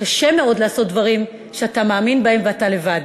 קשה מאוד לעשות דברים שאתה מאמין בהם ואתה לבד.